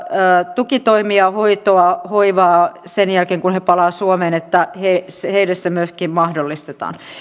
tukitoimia hoitoa hoivaa sen jälkeen kun he palaavat suomeen heille se myöskin mahdollistetaan